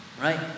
Right